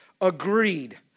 agreed